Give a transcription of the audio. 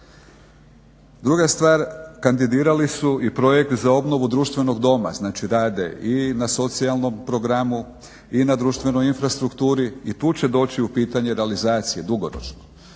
Druga stvar kandidirali su i projekt za obnovu društvenog doma. Znači, rade i na socijalnom programu i na društvenoj infrastrukturi. I tu će doći u pitanje realizacije dugoročno.